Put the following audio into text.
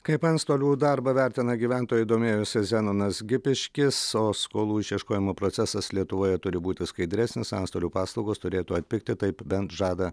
kaip antstolių darbą vertina gyventojai domėjosi zenonas gipiškis o skolų išieškojimo procesas lietuvoje turi būti skaidresnis antstolių paslaugos turėtų atpigti taip bent žada